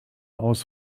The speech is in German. aus